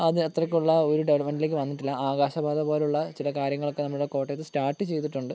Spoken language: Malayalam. അത് അത്രക്കുള്ള ആ ഒരു ഡെവലപ്മെൻറ്റിലേക്ക് വന്നിട്ടില്ല ആകാശപാത പോലുള്ള ചില കാര്യങ്ങളൊക്കെ നമ്മുടെ കോട്ടയത്ത് സ്റ്റാർട്ട് ചെയ്തിട്ടുണ്ട്